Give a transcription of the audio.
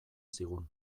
zigun